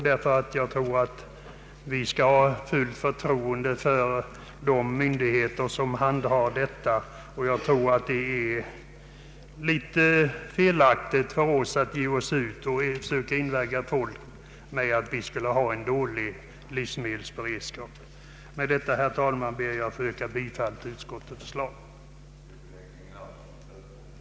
Jag tycker nämligen att vi bör ha fullt förtroende för de myndigheter som handhar denna beredskap och jag anser det litet felaktigt av oss att försöka inge folk den föreställningen att vi skulle ha dålig livsmedelsberedskap. Med detta, herr talman, ber jag att få yrka bifall till utskottets förslag. myndighet avsåge, att den skattskyldige skulle hava möjlighet att avlämna sin självdeklaration till valfri länsstyrelse eller lokal skattemyndighet, oavsett i vilket län taxeringen skulle äga rum.